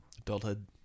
Adulthood